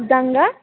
डाङ्गा